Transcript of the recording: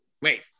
wait